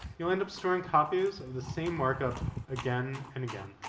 you'll end up storing copies of the same markup again and again.